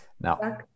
Now